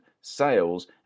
sales